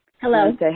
Hello